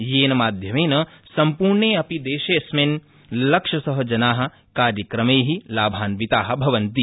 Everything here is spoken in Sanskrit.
येन माध्यमेन सम्पूषेऽपि देशेऽस्मिन् लक्षश जना कार्यक्रमै लाभान्विताभवन्ति